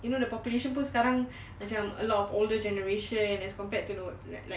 you know the population pun sekarang macam a lot of older generation as compared to know like like